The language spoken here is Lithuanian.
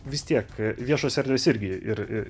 vis tiek viešos erdvės irgi ir